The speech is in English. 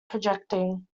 projecting